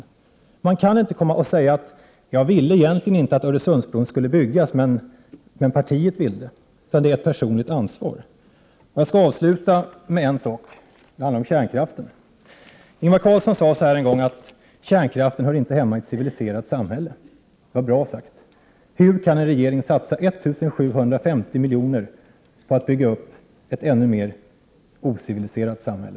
En politiker kan inte komma och säga att han egentligen inte ville att Öresundsbron skulle byggas, men partiet ville. Man måste ta ett personligt ansvar. Jag skall avsluta mitt inlägg med att säga något om kärnkraften. Ingvar Carlsson sade en gång att kärnkraften inte hör hemma i ett civiliserat samhälle. Det var bra sagt. Hur kan en regering satsa 1 750 miljoner på att 47 bygga upp ett ännu mer ociviliserat samhälle?